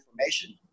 information